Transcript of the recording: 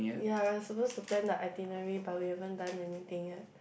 we are supposed to plan the itinerary but we haven't done anything yet